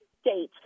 state